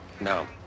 No